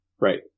Right